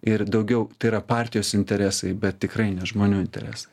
ir daugiau tai yra partijos interesai bet tikrai ne žmonių interesai